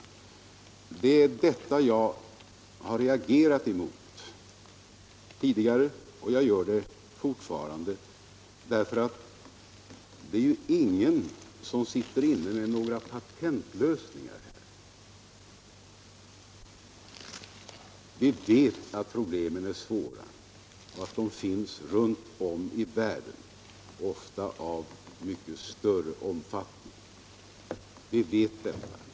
Detta har jag reagerat emot tidigare, och jag gör det fortfarande. Det är ju ingen som sitter inne med några patentlösningar. Vi vet att problemen är svåra och att de finns runt om i världen, ofta av mycket större omfattning än i vårt land.